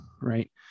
right